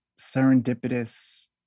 serendipitous